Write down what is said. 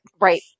Right